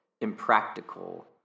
impractical